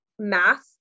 math